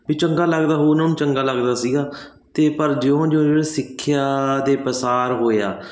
ਵੀ ਚੰਗਾ ਲੱਗਦਾ ਹੋਉ ਉਹਨਾਂ ਨੂੰ ਚੰਗਾ ਲੱਗਦਾ ਸੀਗਾ ਅਤੇ ਪਰ ਜਿਉਂ ਜਿਉਂ ਜਿਹੜੇ ਸਿੱਖਿਆ ਦੇ ਪਸਾਰ ਹੋਇਆ